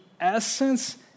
essence